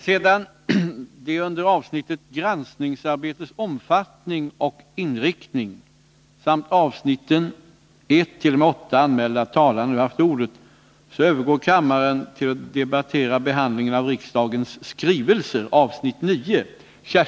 Sedan de under avsnittet Granskningsarbetets omfattning och inriktning samt avsnitten 1-8 anmälda talarna nu haft ordet övergår kammaren till att debattera Behandlingen av riksdagens skrivelser.